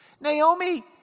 Naomi